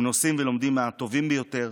הם נוסעים ולומדים מהטובים ביותר